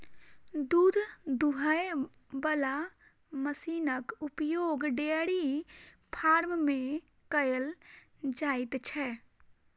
दूध दूहय बला मशीनक उपयोग डेयरी फार्म मे कयल जाइत छै